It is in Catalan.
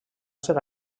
ser